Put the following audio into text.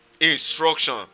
instruction